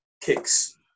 kicks